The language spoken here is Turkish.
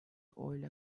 oyla